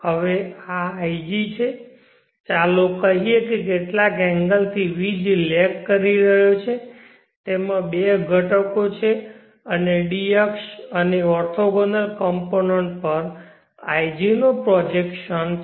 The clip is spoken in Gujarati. હવે ig છે ચાલો કહીએ કે કેટલાક એંગલ થી vg લેગ કરી રહ્યો છે તેમાં બે ઘટકો છે અને d અક્ષ અને ઓર્થોગોનલ કમ્પોનન્ટ પર ig નો પ્રોજેક્શન છે